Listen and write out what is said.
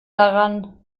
daran